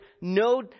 no